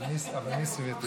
אבל ניסים התעורר.